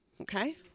okay